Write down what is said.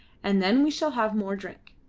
and then we shall have more drink.